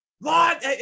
Lord